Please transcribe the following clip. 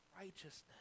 righteousness